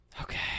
Okay